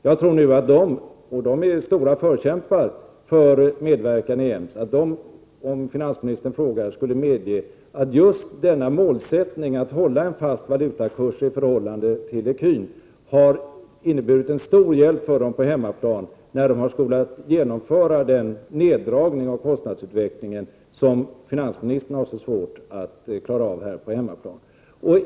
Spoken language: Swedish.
Jag tror att de — och de är stora förkämpar för medverkan i EMS —- om finansministern frågar, skulle medge att målsättningen att just hålla en fast valutakurs i förhållande till ecun har inneburit en stor hjälp för dem på hemmaplan, när de har velat genomföra den neddragning av kostnadsutvecklingen som finansministern har så svårt att klara av här i Sverige.